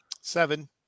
Seven